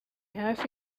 hafi